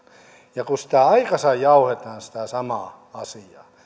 kun sitä aikansa jauhetaan sitä samaa asiaa